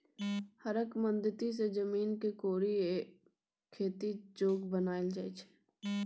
हरक मदति सँ जमीन केँ कोरि कए खेती जोग बनाएल जाइ छै